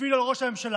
הפעילו על ראש הממשלה,